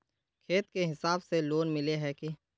खेत के हिसाब से लोन मिले है की?